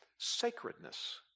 sacredness